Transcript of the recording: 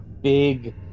big